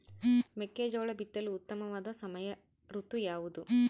ಮೆಕ್ಕೆಜೋಳ ಬಿತ್ತಲು ಉತ್ತಮವಾದ ಸಮಯ ಋತು ಯಾವುದು?